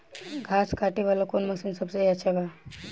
घास काटे वाला कौन मशीन सबसे अच्छा बा?